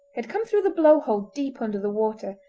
had come through the blow-hole deep under the water,